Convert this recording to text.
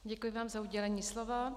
Děkuji vám za udělení slova.